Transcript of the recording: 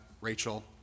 Rachel